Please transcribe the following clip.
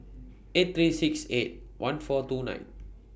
eight three six eight one four two nine